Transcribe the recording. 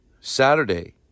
saturday